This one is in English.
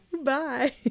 Bye